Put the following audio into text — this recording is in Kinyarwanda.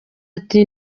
ati